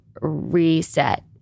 reset